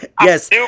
Yes